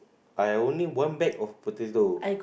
I only one bag of potato